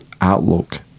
Outlook